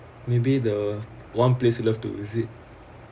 maybe the one place you love to visit